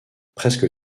presque